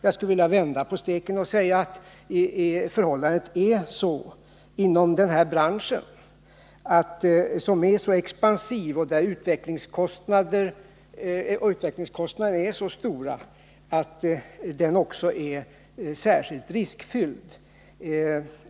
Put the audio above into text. Jag skulle vilja vända på steken och säga att det förhållandet att denna bransch är så expansiv och att utvecklingskostnaderna är så stora gör att den också är särskilt riskfylld.